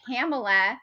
Pamela